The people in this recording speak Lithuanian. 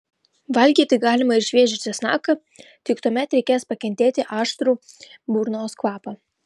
valgyti galima ir šviežią česnaką tik tuomet reikės pakentėti aštrų burnos kvapą